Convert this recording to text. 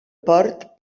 port